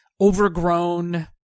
overgrown